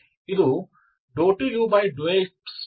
ಇದು 2ux2 ಅಂದರೆ ∂x∂u∂xಆಗಿದೆ